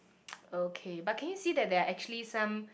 okay but can you see that are actually some